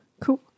cool